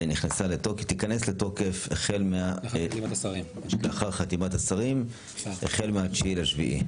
וייכנס לתוקף לאחר חתימת השרים, החל מה-9 ביולי.